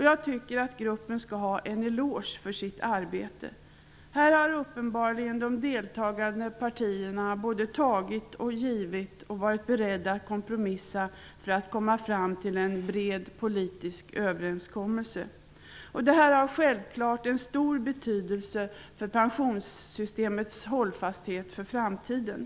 Jag tycker att gruppen skall ha en eloge för sitt arbete. Här har tydligen de deltagande partierna både tagit och givit, och de har varit beredda att kompromissa för att komma fram till en bred politisk överenskommelse. Detta är självfallet av mycket stor betydelse för pensionssystemets hållfasthet i framtiden.